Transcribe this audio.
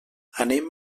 anem